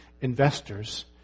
investors